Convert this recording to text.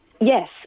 Yes